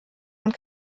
und